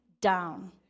down